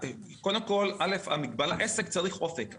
קודם כול, עסק צריך אופק.